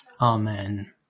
Amen